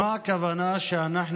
סליחה, רגע.